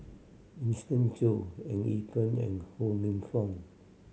Winston Choo Eng Yee Peng and Ho Minfong